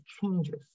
changes